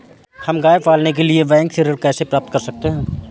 हम गाय पालने के लिए बैंक से ऋण कैसे प्राप्त कर सकते हैं?